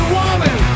woman